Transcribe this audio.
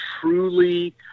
truly